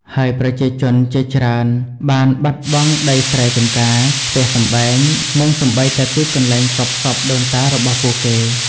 ហើយប្រជាជនជាច្រើនបានបាត់បង់ដីស្រែ ចម្ការ ផ្ទះសម្បែង និងសូម្បីតែទីកន្លែងកប់សពដូនតារបស់ពួកគេ។